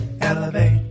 elevate